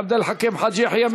עבד אל חכים חאג' יחיא,